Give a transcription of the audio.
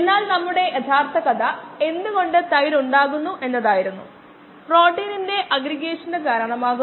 K m by s plus 1 അതിന്റെ minus d s എന്നത് v m d t ആണ്